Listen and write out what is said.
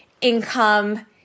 income